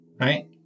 right